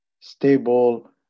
Stable